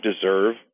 deserve